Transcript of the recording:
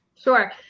Sure